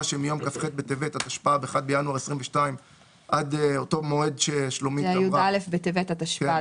שמיום כ"ח בטבת התשפ"ב (1 בינואר 2022)- -- עד י"א בטבת התשפ"ה